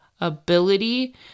ability